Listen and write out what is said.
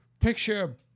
Picture